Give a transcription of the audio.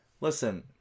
listen